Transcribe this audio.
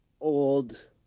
old